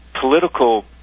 political